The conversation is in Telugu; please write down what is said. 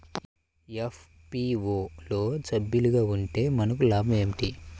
ఎఫ్.పీ.ఓ లో సభ్యులుగా ఉంటే మనకు లాభం ఏమిటి?